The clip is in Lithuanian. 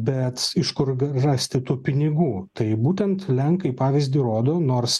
bet iš kur rasti tų pinigų tai būtent lenkai pavyzdį rodo nors